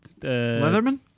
Leatherman